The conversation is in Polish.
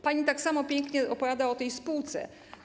Pani tak samo pięknie opowiada o tej spółce.